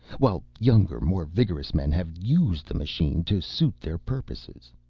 while younger, more vigorous men have used the machine to suit their purposes.